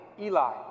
Eli